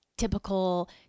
typical